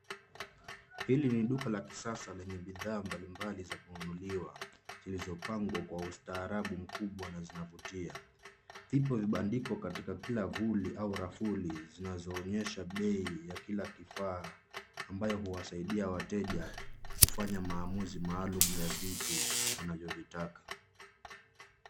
Hili ni duka la kisasa lenye bidhaa mbalimbali za kununuliwa, zilizopangwa kwa ustaarabu mkubwa na zinavutia. Lipo bandiko katika kila vuli au rafuli zinazooonyesha bei ya kila kifaa, ambayo huwasaidia wateja kufanya maamuzi maalumu ya vitu wanavyovitaka.